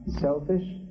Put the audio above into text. selfish